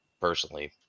personally